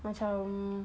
macam